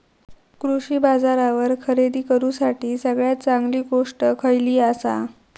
कृषी बाजारावर खरेदी करूसाठी सगळ्यात चांगली गोष्ट खैयली आसा?